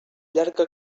llarga